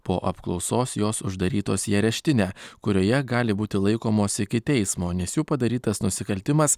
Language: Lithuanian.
po apklausos jos uždarytos į areštinę kurioje gali būti laikomos iki teismo nes jų padarytas nusikaltimas